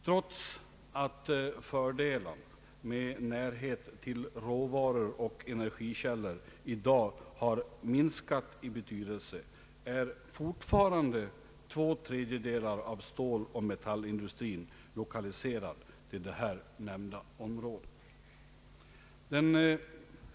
Trots att fördelen med närhet till råvaror och energikällor i dag har minskat i betydelse är fortfarande två tredjedelar av ståloch metallindustrin lokaliserad till det här nämnda området.